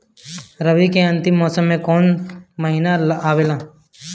रवी के अंतिम मौसम में कौन महीना आवेला?